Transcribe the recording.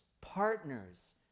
partners